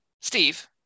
Steve